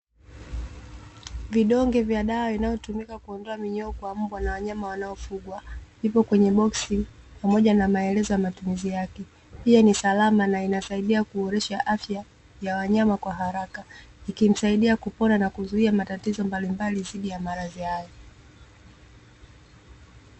Vidonge vya dawa inavyotumika kuondoa minyoo kwa mbwa na wanyama waliofugwa, vipo kwenye boksi pamoja na maelezo ya matumizi yake, pia ni salama na inasaidia kuboresha afya ya wanyama kwa haraka, ikimsaidia kupona na kuzuia matatizo mbalimbali dhidi ya maradhi hayo.